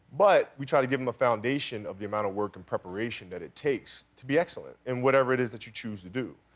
but we try to give them a foundation of the amount of work and preparation that it takes to be excellent. in whatever it is that you choose to do.